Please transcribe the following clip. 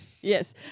Yes